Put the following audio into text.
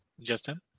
Justin